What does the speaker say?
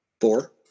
Four